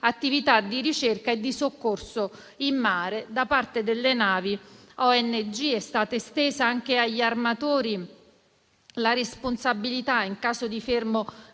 attività di ricerca e di soccorso in mare da parte delle navi ONG. È stata estesa anche agli armatori la responsabilità in caso di fermo